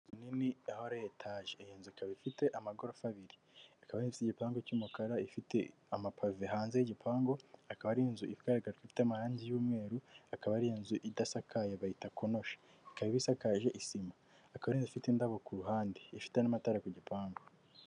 Inzu nini aho ari etaje. Iyi nzu ikaba ifite amagorofa abiri. Ikaba ari inzu ifite igipangu cy'umukara, ifite amapave hanze y'igipangu, akaba ari inzu igaragara ko ifite amarangi y'umweru, akaba ari inzu idasakaye bayita konoshi. Ikaba iba isakaje isima. Akaba ari inzu ifite indabo ku ruhande. Ifite n'amatara ku gipangu.